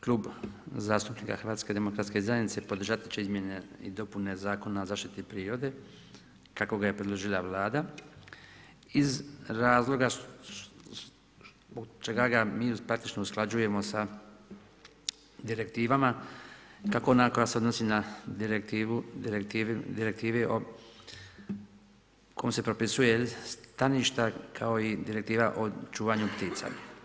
Klub zastupnika HDZ-a podržat će izmjene i dopune Zakona o zaštiti prirode kako ga je predložila Vlada iz razloga zbog čega ga mi praktično usklađujemo sa direktivama kako ona koja se odnosi na direktivu kojom se propisuju staništa kao i direktiva o čuvanju ptica.